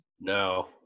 No